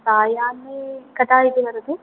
सायाह्ने कदा इति वदतु